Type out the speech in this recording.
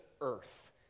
earth